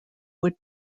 would